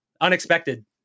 Unexpected